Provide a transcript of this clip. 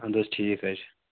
اَدٕ حظ ٹھیٖک حظ چھِ